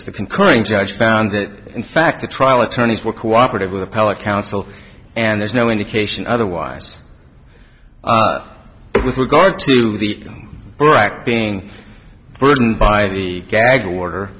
was the concurring judge found that in fact the trial attorneys were cooperative with appellate counsel and there's no indication otherwise with regard to the brac being burdened by the gag order